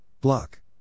Block